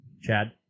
chad